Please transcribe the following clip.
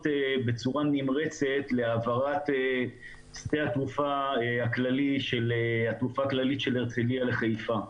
בצורה נמרצת להעברת שדה התעופה הכללית של הרצליה לחיפה.